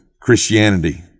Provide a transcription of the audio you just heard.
Christianity